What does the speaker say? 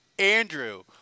Andrew